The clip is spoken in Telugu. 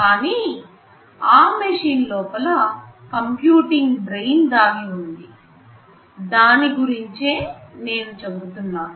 కానీ ఆ మెషీన్ల లోపల కంప్యూటింగ్ బ్రెయిన్ దాగివుంది దాని గురించే నేను చెబుతున్నాను